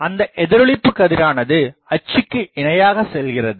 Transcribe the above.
அந்த எதிரொளிப்பு கதிரானது அச்சுக்கு இணையாகசெல்கிறது